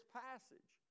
passage